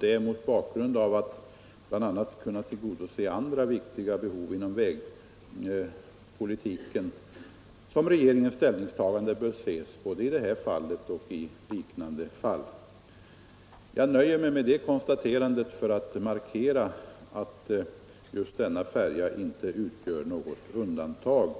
Det är mot bakgrund av att vi bl.a. vill kunna tillgodose andra viktiga behov inom vägpolitiken som regeringens ställningstagande bör ses både i det här fallet och i liknande fall. Jag nöjer mig med det konstaterandet för att markera att denna färja inte utgör något undantag